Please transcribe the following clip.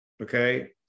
Okay